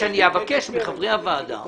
אמרתי שאני אבקש מחברי הוועדה